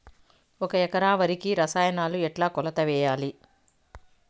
ఒక ఎకరా వరికి రసాయనాలు ఎట్లా కొలత వేయాలి?